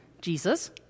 Jesus